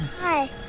Hi